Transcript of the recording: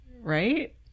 right